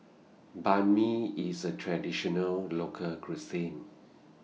Banh MI IS A Traditional Local Cuisine